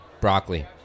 broccoli